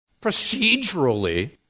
Procedurally